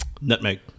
nutmeg